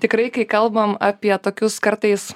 tikrai kai kalbam apie tokius kartais